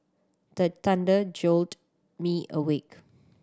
the thunder jolt me awake